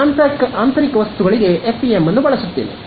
ಆದ್ದರಿಂದ ಆಂತರಿಕ ವಸ್ತುಗಳಿಗೆ ಎಫ್ಇಎಂ ಬಳಸುತ್ತೇನೆ